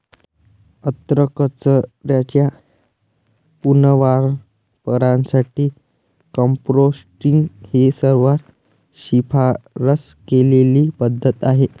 अन्नकचऱ्याच्या पुनर्वापरासाठी कंपोस्टिंग ही सर्वात शिफारस केलेली पद्धत आहे